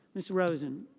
ms. rosen